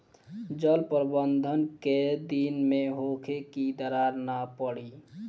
जल प्रबंधन केय दिन में होखे कि दरार न पड़ी?